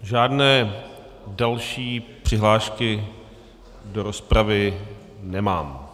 Žádné další přihlášky do rozpravy nemám.